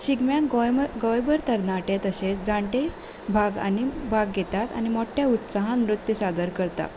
शिगम्याक गोंयभर गोंयभर तरणाटे तशें जाणटे भाग आनी भाग घेतात आनी मोठ्या उत्साहान नृत्य सादर करतात